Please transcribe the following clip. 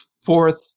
fourth